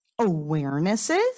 awarenesses